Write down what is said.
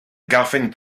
garfen